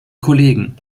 kollegen